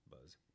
Buzz